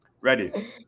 ready